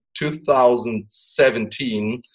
2017